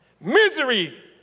Misery